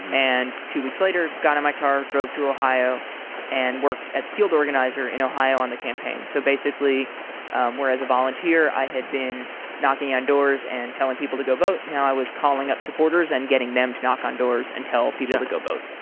and two weeks later got in my car, drove to ohio and worked as a field organizer in ohio on the campaign. so basically um where as a volunteer, i had been knocking on doors and telling people to go vote, now i was calling up supporters and getting them to knock on doors and tell people to go vote.